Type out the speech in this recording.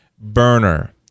Burner